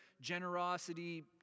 generosity